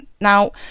now